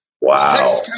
Wow